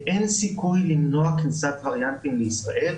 אין סיכוי למנוע כניסת וריאנטים לישראל.